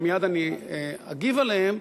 ומייד אני אגיב עליהם,